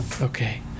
Okay